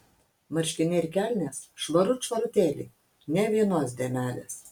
marškiniai ir kelnės švarut švarutėliai nė vienos dėmelės